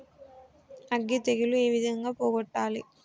అగ్గి తెగులు ఏ విధంగా పోగొట్టాలి?